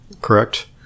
correct